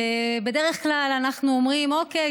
ובדרך כלל אנחנו אומרים: אוקיי,